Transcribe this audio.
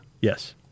yes